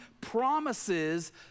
promises